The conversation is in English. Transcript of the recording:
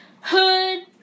hood